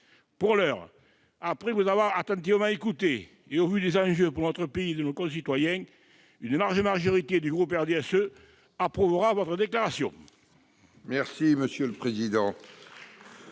Pour l'heure, après vous avoir attentivement écouté et vu les enjeux pour notre pays et nos concitoyens, une large majorité du groupe du RDSE approuvera votre déclaration. La parole est